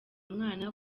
mwana